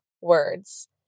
words